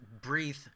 breathe